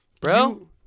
bro